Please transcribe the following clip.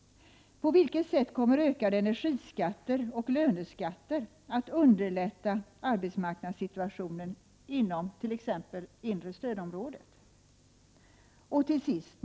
På vilket sätt kommer ökade energiskatter och löneskatter att underlätta arbetsmarknadssituationen inom t.ex. inre stödområdet?